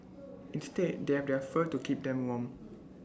instead they have their fur to keep them warm